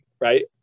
right